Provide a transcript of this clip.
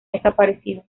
desaparecido